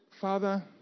Father